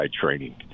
training